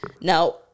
Now